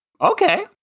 Okay